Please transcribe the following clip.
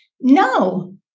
No